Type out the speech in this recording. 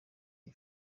iyi